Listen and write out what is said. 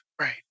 Right